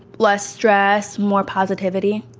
less stress, more positivity,